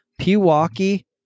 Pewaukee